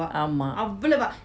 ஆமா:ama